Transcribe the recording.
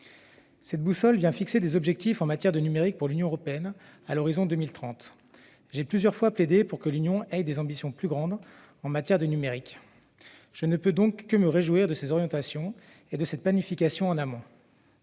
Cette boussole vient fixer des objectifs en matière de numérique pour l'Union européenne à l'horizon 2030. J'ai plusieurs fois plaidé pour que l'Union ait des ambitions plus grandes en la matière. Je ne peux donc que me réjouir de ces orientations et de cette planification en amont,